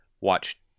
watch